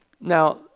Now